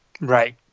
right